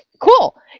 cool